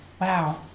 wow